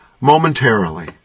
momentarily